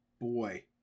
boy